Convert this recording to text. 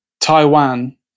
Taiwan